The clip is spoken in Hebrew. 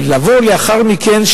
אבל לבוא לאחר מכן,